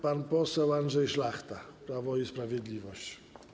Pan poseł Andrzej Szlachta, Prawo i Sprawiedliwość.